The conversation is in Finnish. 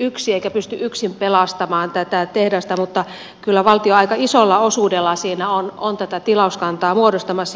yksi eikä pysty yksin pelastamaan tätä tehdasta mutta kyllä valtio aika isolla osuudella siinä on tätä tilauskantaa muodostamassa